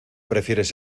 prefieres